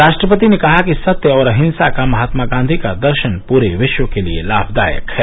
राष्ट्रपति ने कहा कि सत्य और अहिंसा का महात्मा गांधी का दर्शन पूरे विश्व के लिए लाभदायक है